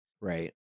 Right